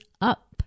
up